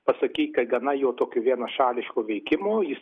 pasakyt kad gana jo tokio vienašališko veikimo jis